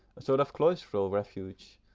a sort of cloistral refuge,